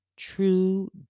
true